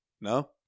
No